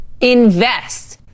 invest